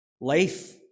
Life